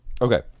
Okay